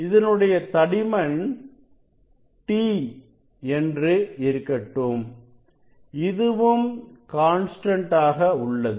இதனுடைய தடிமன் t என்று இருக்கட்டும் இதுவும் கான்ஸ்டன்ட் ஆக உள்ளது